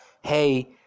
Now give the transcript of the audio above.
hey